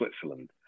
Switzerland